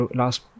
last